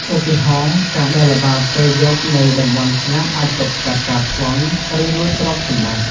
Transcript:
ឧទាហរណ៍ ការដើរល្បាតពេលយប់នៅតំបន់ស្ងាត់អាចទប់ស្កាត់ការប្លន់ ឬលួចទ្រព្យសម្បត្តិ។